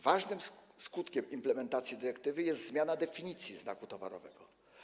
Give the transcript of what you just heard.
Ważnym skutkiem implementacji dyrektywy jest zmiana definicji znaku towarowego.